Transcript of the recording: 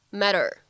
matter